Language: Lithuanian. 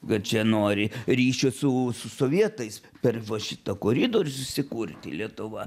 kad čia nori ryšio su su sovietais per va šitą koridorių susikurti lietuva